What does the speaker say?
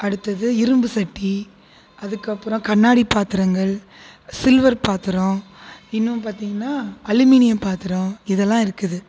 அடுத்தது இரும்புச்சட்டி அதுக்கப்புறம் கண்ணாடி பாத்திரங்கள் சில்வர் பாத்திரம் இன்னும் பார்த்தீங்கன்னா அலுமினிய பாத்திரம் இதெல்லாம் இருக்குது